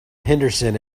henderson